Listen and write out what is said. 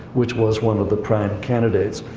which was one of the prime candidates.